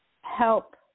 help